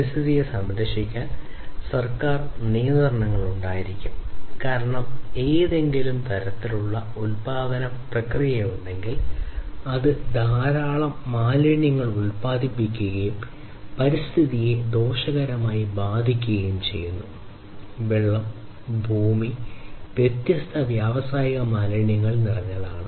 പരിസ്ഥിതിയെ സംരക്ഷിക്കാൻ സർക്കാർ നിയന്ത്രണങ്ങൾ ഉണ്ടായിരിക്കണം കാരണം എന്തെങ്കിലും തരത്തിലുള്ള ഉൽപാദന പ്രക്രിയ ഉണ്ടെങ്കിൽ അത് ധാരാളം മാലിന്യങ്ങൾ ഉത്പാദിപ്പിക്കുകയും പരിസ്ഥിതിയെ ദോഷകരമായി ബാധിക്കുകയും ചെയ്യുന്നു വെള്ളം ഭൂമി വ്യത്യസ്ത വ്യാവസായിക മാലിന്യങ്ങൾ നിറഞ്ഞതാണ്